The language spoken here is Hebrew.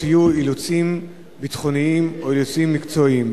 יהיו: אילוצים ביטחוניים או אילוצים מקצועיים,